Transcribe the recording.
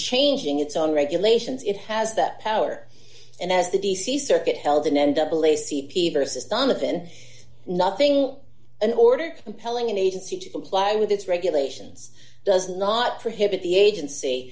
changing its own regulations it has that power and as the d c circuit held in n w a c p versus donovan nothing an order compelling an agency to comply with its regulations does not prohibit the agency